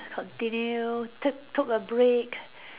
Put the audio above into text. continue took took a break